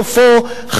סופו,